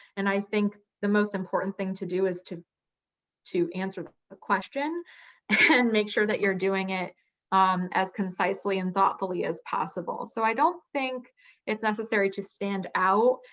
and i think the most important thing to do is to to answer the ah question and make sure that you're doing it um as concisely and thoughtfully as possible. so i don't think it's necessary to stand out.